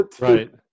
Right